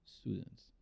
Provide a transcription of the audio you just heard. students